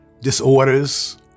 disorders